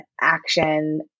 action